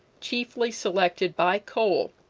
chiefly selected by cole,